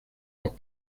los